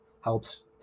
helps